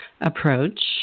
approach